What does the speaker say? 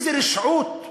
איזה רשעות.